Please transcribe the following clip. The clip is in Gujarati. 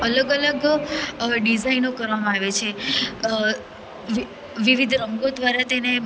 અલગ અલગ ડીઝાઈનો કરવામાં આવે છે વિવિધ રંગો દ્વારા તેને